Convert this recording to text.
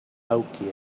nokia